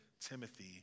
Timothy